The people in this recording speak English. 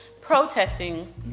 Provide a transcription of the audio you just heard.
protesting